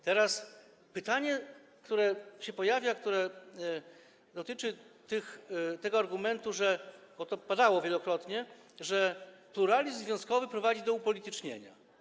Teraz pytanie, które się pojawia, które dotyczy tego argumentu, bo to padało wielokrotnie, że pluralizm związkowy prowadzi do upolitycznienia.